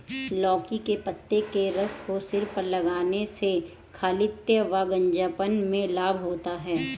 लौकी के पत्ते के रस को सिर पर लगाने से खालित्य या गंजेपन में लाभ होता है